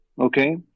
Okay